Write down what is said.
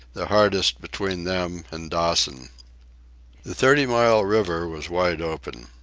the hardest between them and dawson. the thirty mile river was wide open.